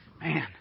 Man